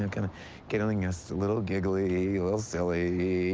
um kind of getting us a little giggly, a little silly.